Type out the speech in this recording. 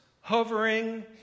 hovering